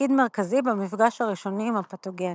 תפקיד מרכזי במפגש הראשוני עם הפתוגנים.